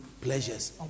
pleasures